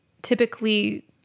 Typically